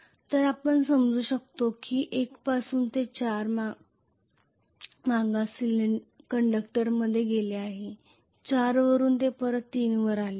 तर आपण समजू शकता की 1 पासून ते 4 बॅकवर्ड कंडक्टरमध्ये गेले आहे 4 वरून ते परत 3 वर आले आहे